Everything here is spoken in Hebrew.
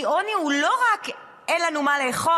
כי עוני הוא לא רק שאין לנו מה לאכול.